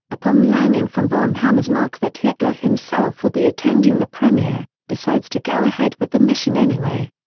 upon learning from von hammersmark that hitler himself will be attending the premiere, decides to go ahead with the mission anyway.